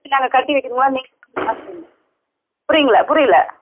இல்லை நாங்கள் கட்டி வைக்கணுமா நீங்களே புரியல புரியல